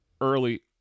early